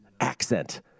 accent